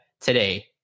today